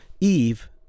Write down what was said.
Eve